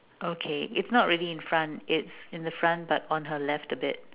okay it's not really in front it's in the front but on her left a bit